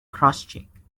crosscheck